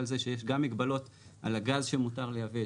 זה שיש גם מגבלות על הגז שמותר לייבא,